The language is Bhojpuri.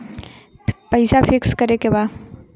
पैसा पिक्स करके बा?